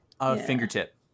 Fingertip